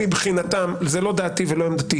שמבחינתם זו לא דעתי ולא עמדתי